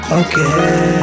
okay